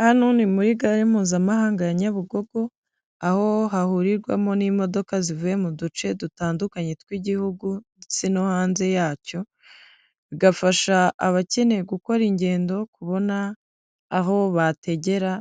Hano ni muri gare mpuzamahanga ya Nyabugogo, aho hahurirwamo n'imodoka zivuye mu duce dutandukanye tw'igihugu ndetse no hanze yacyo, bigafasha abakeneye gukora ingendo kubona aho bategera